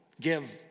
Give